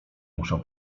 muszę